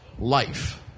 life